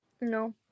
No